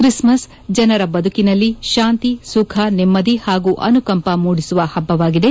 Christmas ಜನರ ಬದುಕಲ್ಲಿ ಶಾಂತಿ ಸುಖ ನೆಮ್ಮದಿ ಹಾಗೂ ಅನುಕಂಪ ಮೂಡಿಸುವ ಹಬ್ಬವಾಗಿದೆ